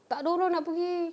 tak ada orang nak pergi